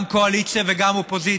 גם קואליציה וגם אופוזיציה: